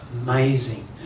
amazing